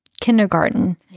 kindergarten